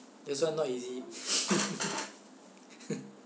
this one not easy